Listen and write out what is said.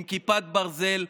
עם כיפת ברזל,